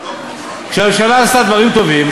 כשהממשלה עשתה דברים טובים,